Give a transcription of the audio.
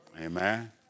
Amen